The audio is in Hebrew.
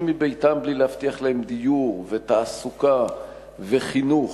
מביתם בלי להבטיח להם דיור ותעסוקה וחינוך?